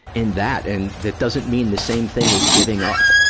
in that. and, that doesn't mean the same thing as giving up.